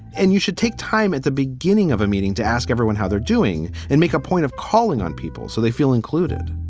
and you should take time at the beginning of a meeting to ask everyone how they're doing and make a point of calling on people so they feel included.